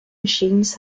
machines